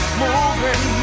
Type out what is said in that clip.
moving